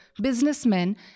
businessmen